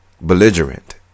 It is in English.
belligerent